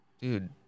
Dude